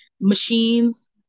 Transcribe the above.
Machines